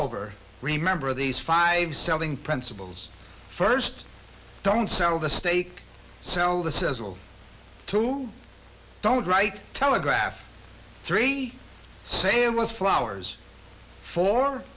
over remember these five selling principles first don't sell the steak sell the says two don't write telegraph three famous flowers for